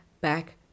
back